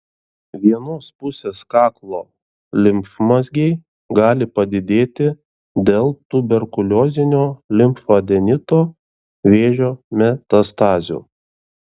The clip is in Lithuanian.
vienos pusės kaklo limfmazgiai gali padidėti dėl tuberkuliozinio limfadenito vėžio metastazių